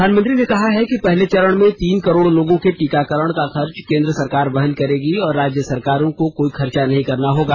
प्रधानमंत्री ने कहा कि पहले चरण में तीन करोड़ लोगों के टीकाकरण का खर्च केंद्र सरकार वहन करेगी और राज्य सरकारों को कोई खर्चा नहीं करना होगा